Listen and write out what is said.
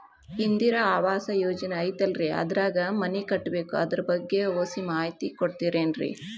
ಇಂದಿರಾ ಆವಾಸ ಯೋಜನೆ ಐತೇಲ್ರಿ ಅದ್ರಾಗ ಮನಿ ಕಟ್ಬೇಕು ಅದರ ಬಗ್ಗೆ ಒಸಿ ಮಾಹಿತಿ ಕೊಡ್ತೇರೆನ್ರಿ?